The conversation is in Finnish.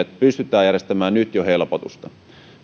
pystytään järjestämään nyt jo helpotusta